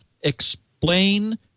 explain